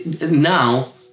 now